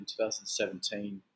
2017